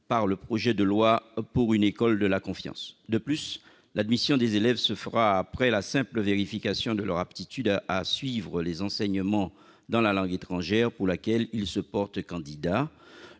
par le projet de loi pour une école de la confiance. De plus, l'admission des élèves se fera après la simple vérification de leur aptitude à suivre les enseignements dans la langue étrangère pour laquelle ils se portent candidats,